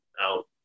out